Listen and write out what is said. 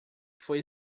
foi